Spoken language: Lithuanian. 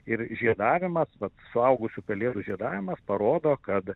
ir žiedavimas vat suaugusių pelėdų žiedavimas parodo kad